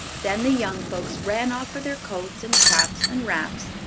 then the young folks ran off for their coats and caps and wraps,